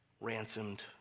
ransomed